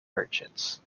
merchants